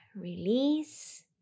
Release